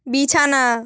বিছানা